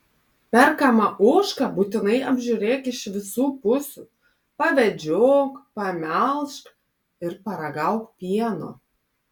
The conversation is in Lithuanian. perkamą ožką būtinai apžiūrėk iš visų pusių pavedžiok pamelžk ir paragauk pieno